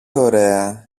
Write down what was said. ωραία